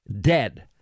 Dead